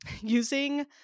using